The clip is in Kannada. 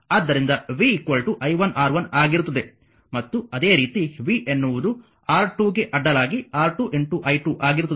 ಆದ್ದರಿಂದ v i1 R1 ಆಗಿರುತ್ತದೆ ಮತ್ತು ಅದೇ ರೀತಿ v ಎನ್ನುವುದು R2ಗೆ ಅಡ್ಡಲಾಗಿ R2 i2 ಆಗಿರುತ್ತದೆ